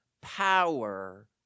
power